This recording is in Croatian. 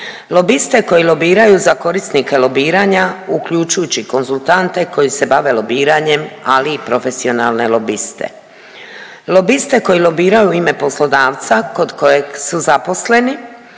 lobiste koji lobiraju za korisnike lobiranja uključujući konzultante koji se bave lobiranjem ali i profesionalne lobiste, lobiste koji lobiraju u ime poslodavca kod kojeg su zaposleni,